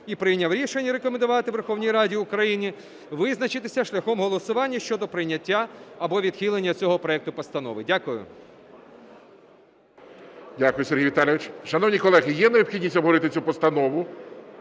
і прийняв рішення рекомендувати Верховній Раді України визначитися шляхом голосування щодо прийняття або відхилення цього проекту постанови. Дякую. ГОЛОВУЮЧИЙ. Дякую, Сергій Віталійович. Шановні колеги, є необхідність обговорити цю постанову?